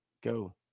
Go